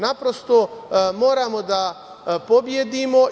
Naprosto, moramo da pobedimo.